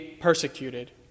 persecuted